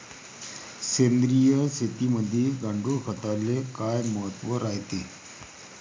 सेंद्रिय शेतीमंदी गांडूळखताले काय महत्त्व रायते?